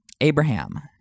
Abraham